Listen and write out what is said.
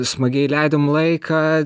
smagiai leidom laiką